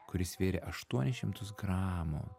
kuris svėrė aštuonis šimtus gramų